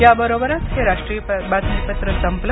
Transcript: याबरोबरच हे राष्ट्रीय बातमीपत्र संपलं